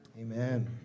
Amen